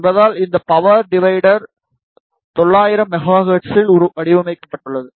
என்பதால் இந்த power divider 900 mega ஹெர்ட்ஸில் வடிவமைக்கப்பட்டுள்ளது